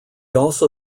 also